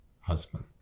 husband